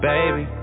Baby